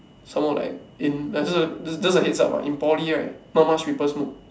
some more like in just a just a heads up ah in poly right not much people smoke